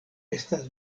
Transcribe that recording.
estas